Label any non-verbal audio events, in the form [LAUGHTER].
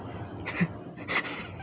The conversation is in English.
[LAUGHS]